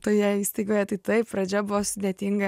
toje įstaigoje tai taip pradžia buvo sudėtinga